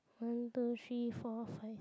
one two three four five six